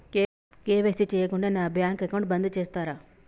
KYC చేయకుంటే నా bank account బంద్ చేస్తరా?